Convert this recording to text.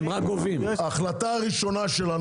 ההחלטה הראשונה שלנו,